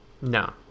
no